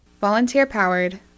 Volunteer-powered